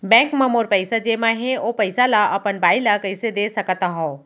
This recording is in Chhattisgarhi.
बैंक म मोर पइसा जेमा हे, ओ पइसा ला अपन बाई ला कइसे दे सकत हव?